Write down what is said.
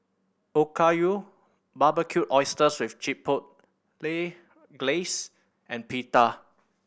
Okayu Barbecued Oysters with Chipotle Glaze and Pita